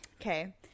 okay